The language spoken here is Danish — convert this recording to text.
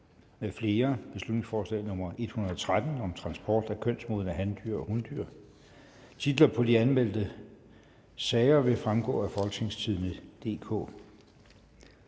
til folketingsbeslutning om transport af kønsmodne handyr og hundyr). Titler på de anmeldte sager vil fremgå af www.folketingstidende.dk